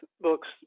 books